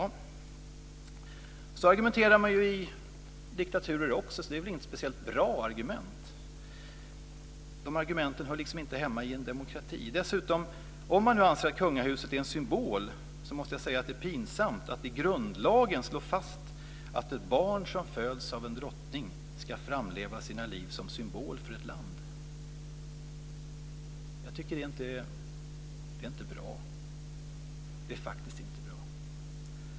Så argumenterar man i diktaturer också, så det är väl inget speciellt bra argument. Det hör liksom inte hemma i en demokrati. Om man dessutom anser att kungahuset är en symbol så måste jag säga att det är pinsamt att i grundlagen slå fast att de barn som föds av en drottning ska framleva sina liv som symbol för ett land. Det är inte bra - jag tycker faktiskt inte att det är bra.